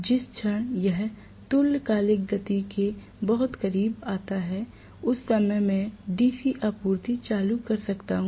जिस क्षण यह तुल्यकालिक गति के बहुत करीब आता है उस समय मैं DC आपूर्ति चालू कर सकता हूं